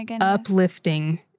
uplifting